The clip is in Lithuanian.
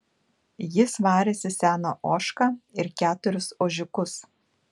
jis varėsi seną ožką ir keturis ožkiukus